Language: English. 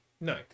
No